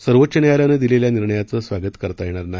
सर्वोच्च न्यायालयानं दिलेल्या निर्णयाचे स्वागत करता येणार नाही